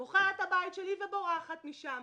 אלא אני מוכרת את הבית שלי ובורחת משם.